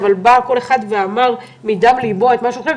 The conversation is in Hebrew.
אבל בא כל אחד ואמר מדם ליבו את מה שהוא חושב,